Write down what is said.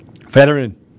Veteran